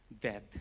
death